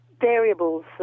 variables